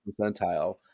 percentile